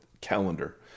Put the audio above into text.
calendar